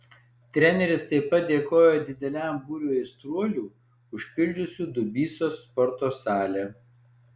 treneris taip pat dėkojo dideliam būriui aistruolių užpildžiusių dubysos sporto salę